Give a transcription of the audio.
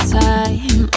time